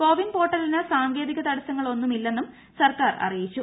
കോവിൻ പോർട്ടലിന് സാങ്കേതിക തടസ്സങ്ങൾ ഒന്നും ഇല്ലെന്നും സർക്കാർ അറിയിച്ചു